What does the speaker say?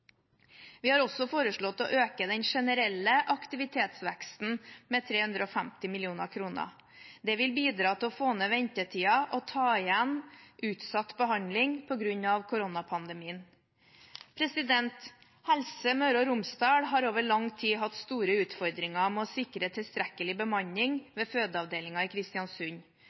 Vi har også foreslått å øke den generelle aktivitetsveksten med 350 mill. kr. Det vil bidra til å få ned ventetidene og ta igjen utsatt behandling på grunn av koronapandemien. Helse Møre og Romsdal har over lang tid hatt store utfordringer med å sikre tilstrekkelig bemanning ved fødeavdelingen i Kristiansund.